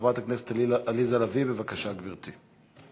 חברת הכנסת עליזה לביא, בבקשה, גברתי.